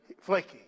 flaky